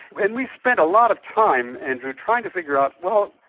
and we spent a lot of time, andrew, trying to figure out, well,